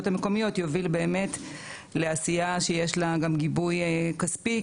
המקומיות יוביל באמת לעשייה שיש לה גם גיבוי כספי,